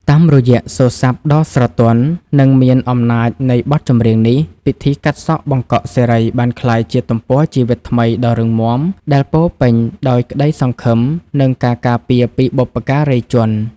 តាមរយៈសូរស័ព្ទដ៏ស្រទន់ និងមានអំណាចនៃបទចម្រៀងនេះ ពិធីកាត់សក់បង្កក់សិរីបានក្លាយជាទំព័រជីវិតថ្មីដ៏រឹងមាំ ដែលពោរពេញដោយក្តីសង្ឃឹម និងការការពារពីបុព្វការីជន។